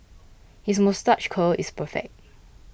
his moustache curl is perfect